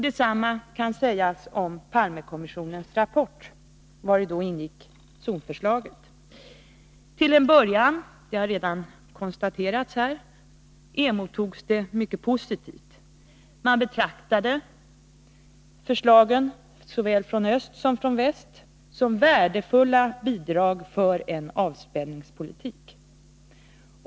Detsamma kan sägas om Palmekommissionens rapport, vari ingick korridorförslaget. Som det har konstaterats tidigare under debatten emottogs detta till en början mycket positivt. Man betraktade förslagen såväl från öst som från väst som värdefulla bidrag för en avspänningspolitik.